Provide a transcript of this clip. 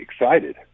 excited